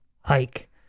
hike